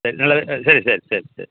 சரி நல்லது ஆ சரி சரி சரி சரி